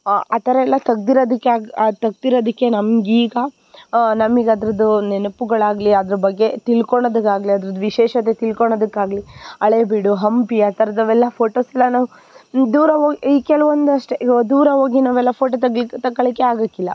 ಆ ಥರ ಎಲ್ಲ ತೆಗ್ದಿರದಕ್ಕೆ ತೆಗ್ದಿರದಕ್ಕೆ ನಮ್ಗೆ ಈಗ ನಮಗೆ ಅದ್ರದ್ದು ನೆನಪುಗಳಾಗಲಿ ಅದ್ರ ಬಗ್ಗೆ ತಿಳ್ಕೊಳುದಕ್ಕಾಗ್ಲಿ ಅದ್ರದ್ದು ವಿಶೇಷತೆ ತಿಳ್ಕೊಳುದಕ್ಕಾಗ್ಲಿ ಹಳೇಬೀಡು ಹಂಪಿ ಆ ಥರದವೆಲ್ಲ ಫೋಟೋಸೆಲ್ಲ ನಾವು ದೂರ ಹೋಗ್ ಈಗ ಕೆಲವೊಂದಷ್ಟೇ ಇವಾಗ ದೂರ ಹೋಗಿ ನಾವೆಲ್ಲ ಫೋಟೋ ತೆಗ್ಲಿಕ್ ತಗಳಿಕ್ಕೆ ಆಗದಿಲ್ಲ